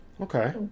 okay